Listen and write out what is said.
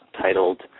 titled